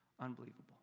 Unbelievable